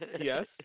Yes